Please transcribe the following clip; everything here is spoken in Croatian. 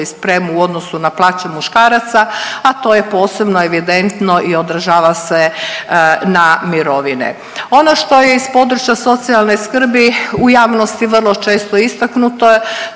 i spremu u odnosu na plaće muškaraca, a to je posebno evidentno i odražava se na mirovine. Ono što je iz područja socijalne skrbi u javnosti vrlo često istaknuti